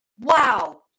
Wow